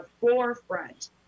forefront